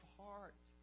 heart